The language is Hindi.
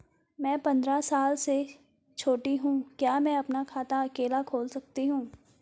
मैं पंद्रह साल से छोटी हूँ क्या मैं अपना खाता अकेला खोल सकती हूँ?